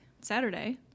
Saturday